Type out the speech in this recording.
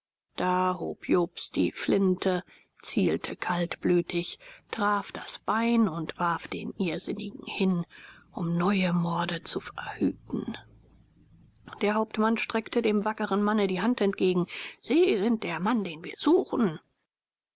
jobst die flinte zielte kaltblütig traf das bein und warf den irrsinnigen hin um neue morde zu verhüten der hauptmann streckte dem wackren manne die hand entgegen sie sind der mann den wir suchen